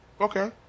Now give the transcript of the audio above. okay